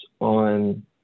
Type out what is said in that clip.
on